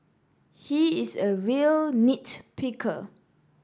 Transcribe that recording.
he is a real nit picker